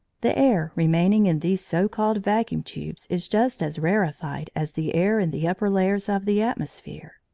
the air remaining in these so-called vacuum tubes is just as rarified as the air in the upper layers of the atmosphere,